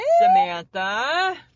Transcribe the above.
Samantha